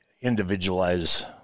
individualize